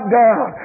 down